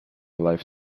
life